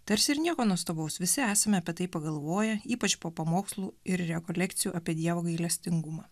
tarsi ir nieko nuostabaus visi esame apie tai pagalvoję ypač po pamokslų ir rekolekcijų apie dievo gailestingumą